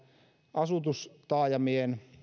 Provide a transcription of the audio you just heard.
asutustaajamien